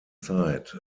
zeit